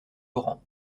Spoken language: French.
laurent